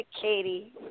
Katie